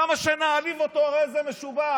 כמה שנעליב אותו הרי זה משובח.